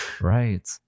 right